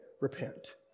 repent